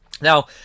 Now